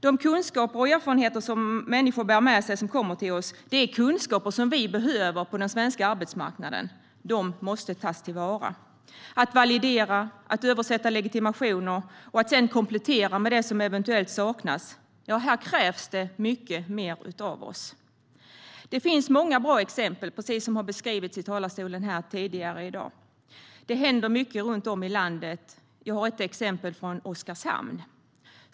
De kunskaper och erfarenheter som människor som kommer till oss bär med sig är något som vi behöver på den svenska arbetsmarknaden. De måste tas till vara. Det handlar om att validera, översätta legitimationer och sedan komplettera med det som eventuellt saknas. Här krävs det mycket mer av oss. Det finns många bra exempel, precis som har beskrivits i talarstolen tidigare i dag. Det händer mycket runt om i landet. Jag har ett exempel från Oskarshamn.